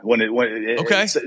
Okay